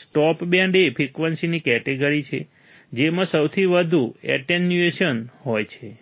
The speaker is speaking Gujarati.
સ્ટોપ બેન્ડ એ ફ્રિકવન્સીની કેટેગરી છે જેમાં સૌથી વધુ એટેન્યુએશન હોય છે